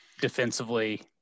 defensively